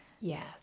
Yes